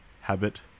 habit